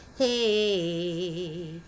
hey